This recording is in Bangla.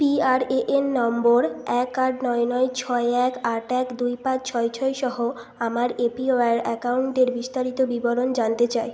পিআরএএন নম্বর এক আট নয় নয় ছয় এক আট এক দুই পাঁচ ছয় ছয়সহ আমার এ পি ওয়াইয়ের অ্যাকাউন্টের বিস্তারিত বিবরণ জানতে চাই